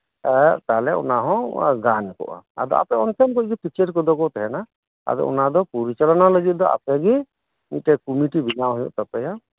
ᱛᱟᱦᱚᱞᱮ ᱚᱱᱟᱦᱚ ᱜᱟᱱᱠᱚᱜᱼᱟ ᱫᱚ ᱟᱯᱮ ᱚᱱᱛᱮᱡ ᱠᱩᱜᱤ ᱴᱤᱪᱟᱨ ᱠᱚᱫᱚ ᱠᱩ ᱛᱟᱦᱮᱱᱟ ᱟᱫᱚ ᱚᱱᱟᱫᱚ ᱯᱚᱨᱤᱪᱟᱞᱚᱱᱟ ᱞᱟᱹᱜᱤᱫ ᱢᱤᱫᱴᱮᱡ ᱠᱚᱢᱤᱴᱤ ᱵᱮᱱᱟᱣ ᱦᱩᱭᱩᱜ ᱛᱟᱯᱮᱭᱟ